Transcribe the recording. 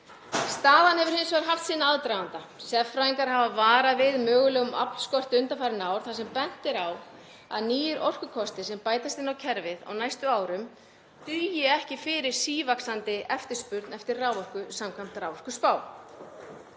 Staðan hefur hins vegar haft sinn aðdraganda. Sérfræðingar hafa varað við mögulegum aflskorti undanfarin ár þar sem bent er á að nýir orkukosti sem bætast inn á kerfið á næstu árum dugi ekki fyrir sívaxandi eftirspurn eftir raforku samkvæmt raforkuspá.